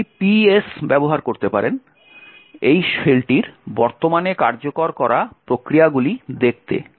আপনি ps ব্যবহার করতে পারেন এই শেলটির বর্তমানে কার্যকর করা প্রক্রিয়াগুলি দেখতে